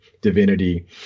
divinity